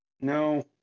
No